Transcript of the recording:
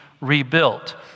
rebuilt